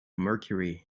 mercury